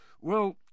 Well